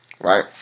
right